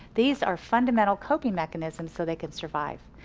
these are fundamental coping mechanisms so they can survive.